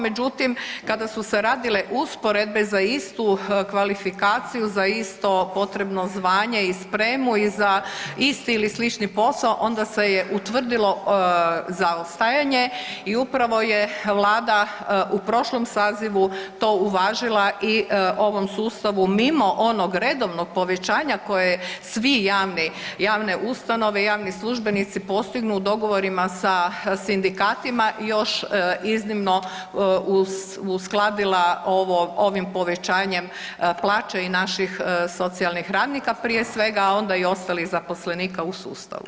Međutim, kada su se radile usporedbe za istu kvalifikaciju, za isto potrebno zvanje i spremu i za isti ili slični posao onda se je utvrdilo zaostajanje i upravo je vlada u prošlom sazivu to uvažila i ovom sustavu mimo onog redovnog povećanja koje svi javni, javne ustanove i javni službenici postignu u dogovorima sa sindikatima i još iznimno uskladila ovo, ovim povećanjem plaće i naših socijalnih radnika prije svega, a onda i ostalih zaposlenika u sustavu.